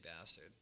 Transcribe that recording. bastard